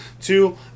two